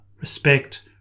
respect